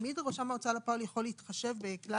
תמיד רשם ההוצאה לפועל יכול להתחשב בכלל